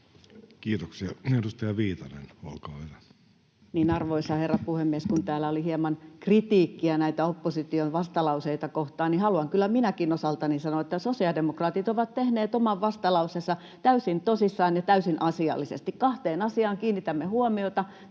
Kiitoksia. — Edustaja Viitanen, olkaa hyvä. Arvoisa herra puhemies! Kun täällä oli hieman kritiikkiä näitä opposition vastalauseita kohtaan, niin haluan kyllä minäkin osaltani sanoa, että sosiaalidemokraatit ovat tehneet oman vastalauseensa täysin tosissaan ja täysin asiallisesti. Kahteen asiaan kiinnitämme huomiota: